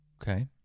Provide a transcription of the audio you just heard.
Okay